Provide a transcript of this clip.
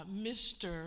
Mr